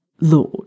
Lord